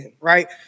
right